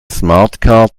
smartcard